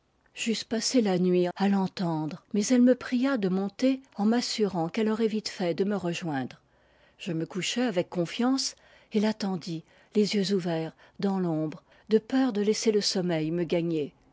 j'eusse passé la nuit à l'entendre mais elle me pria de monter en m'assurant qu'elle aurait vite fait de me rejoindre je me couchai avec confiance et l'attendis les yeux ouverts dans l'ombre de peur de laisser le sommeil me gagner